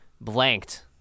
blanked